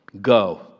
Go